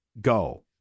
Go